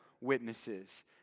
witnesses